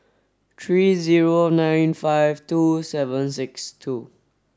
three zero nine five two seven six two